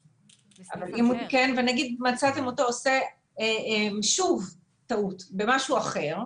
אבל אם הוא תיקן ומצאתם אותו עושה שוב טעות במשהו אחר,